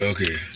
Okay